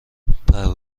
پرواز